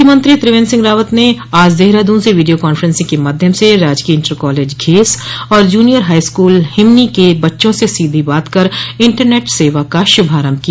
मुख्यमंत्री त्रिवेन्द्र सिंह रावत ने आज देहरादून से वीडियों कॉन्फ्रेसिंग के माध्यम से राजकीय इन्टर कॉलेज घेस और जूनियर हाई स्कूल हिमनी के बच्चों से सीधे बात कर इंटरनेट सेवा का शुभारभ किया